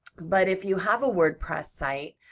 but if you have a wordpress site,